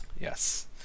Yes